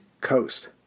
coast